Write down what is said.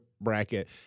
bracket